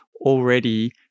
already